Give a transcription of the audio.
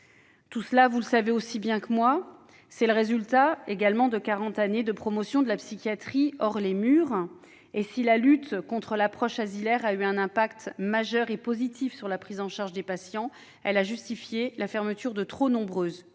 Tout cela, vous le savez aussi bien que moi, c'est le résultat de quarante ans de promotion de la « psychiatrie hors les murs ». Si la lutte contre l'approche asilaire a eu un impact positif majeur sur la prise en charge des patients, elle a justifié la fermeture de trop nombreuses unités